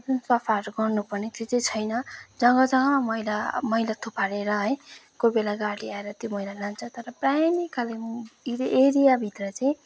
जुन सफाहरू गर्नुपर्ने त्यो चाहिँ छैन जग्गा जग्गामा मैला मैला थुपारेर है कोही बेला गाडी आएर त्यो मैला लान्छ तर प्राय नै कालिम्पोङ एरिया भित्र चाहिँ